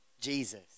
Jesus